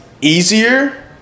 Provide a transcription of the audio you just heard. easier